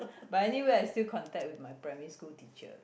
but anyway I still contact with my primary school teacher